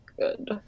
good